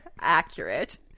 Accurate